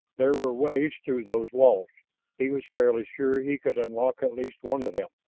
there were ways through those walls he was fairly sure he could unlock at least one of them.